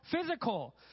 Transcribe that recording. physical